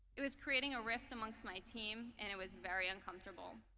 it was creating a rift amongst my team and it was very uncomfortable.